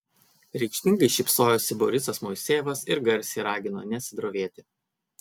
reikšmingai šypsojosi borisas moisejevas ir garsiai ragino nesidrovėti